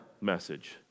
message